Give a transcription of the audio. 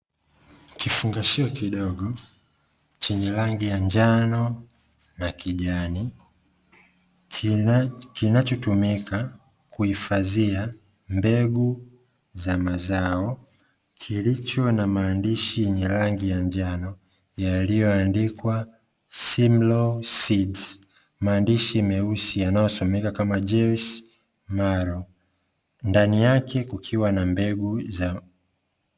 Kifungashio kidogo chenye rangi ya njano na kijani kinachotumika kuhifadhia mbegu za mazao, kilicho na maandishi yenye rangi ya njano yaliyoandikwa Simlow Seeds, maandishi meusi yanayosomeka kama "JEWS MALLOW" ndani yake kukiwa na mbegu.